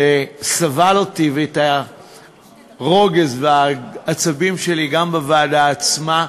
שסבל אותי ואת הרוגז ואת העצבים שלי גם בוועדה עצמה.